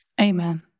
Amen